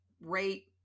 rate